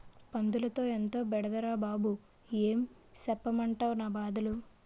పందులతో ఎంతో బెడదరా బాబూ ఏం సెప్పమంటవ్ నా బాధలు